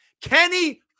Kenny